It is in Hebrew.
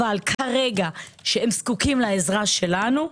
אבל כרגע הם זקוקים לעזרה שלנו,